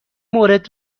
مورد